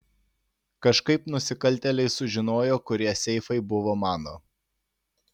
kažkaip nusikaltėliai sužinojo kurie seifai buvo mano